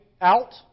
out